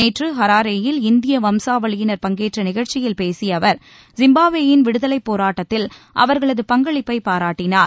நேற்று ஹராரேயில் இந்திய வம்சாவளியினர் பங்கேற்ற நிகழ்ச்சியில் பேசிய அவர் ஜிம்பாப்வேயின் விடுதலைப் போராட்டத்தில் அவர்களது பங்களிப்பை பாராட்டினார்